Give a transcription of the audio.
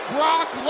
Brock